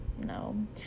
no